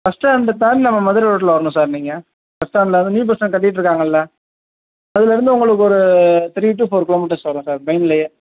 bus ஸ்டாண்டை தாண்டி நம்ம மதுரை ரோட்டில் வரணும் சார் நீங்கள் பஸ் ஸ்டாண்ட்ல அதுவும் நியூ பஸ் ஸ்டாண்ட் கட்டிகிட்ருக்காங்கள்ல அதுலேருந்து உங்களுக்கு ஒரு த்ரீ டு ஃபோர் கிலோமீட்டர்ஸ் வரும் சார் மெயின்லயே